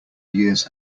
years